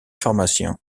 pharmacien